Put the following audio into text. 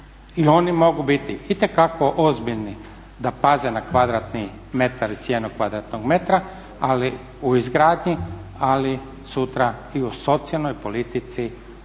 I oni mogu biti itekako ozbiljni da paze na kvadratni metar i cijenu kvadratnog metra u izgradnji ali sutra i u socijalnoj politici